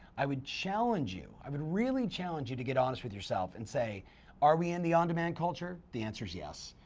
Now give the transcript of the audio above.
i would challenge you, i would really challenge you to get honest with yourself, and say are we in the on-demand culture. the answer is yes.